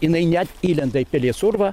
jinai net įlenda į pelės urvą